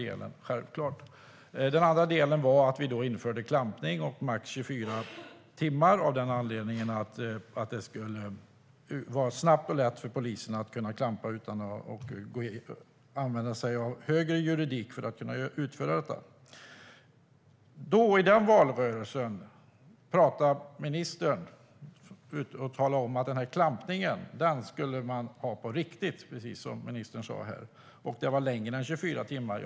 En annan del var att vi införde klampning i max 24 timmar av anledningen att det skulle vara snabbt och lätt för polisen att klampa utan att använda sig av högre juridik för att kunna utföra detta. I den valrörelsen gick ministern ut och sa att klampningen skulle man ha på riktigt, precis som ministern sa här, och det skulle vara längre än 24 timmar.